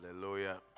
Hallelujah